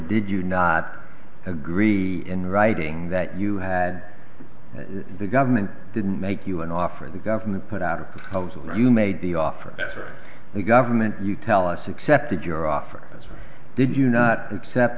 did you not agree in writing that you had the government didn't make you an offer the government put out a proposal and you made the offer or the government you tell us accepted your offer did you not accept